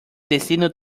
destino